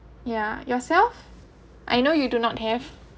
ya yourself I know you do not have